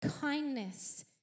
kindness